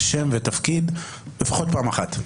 ולכן אני מבקש לומר לפחות פעם אחת שם ותפקיד.